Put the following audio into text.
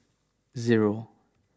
zero